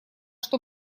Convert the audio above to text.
что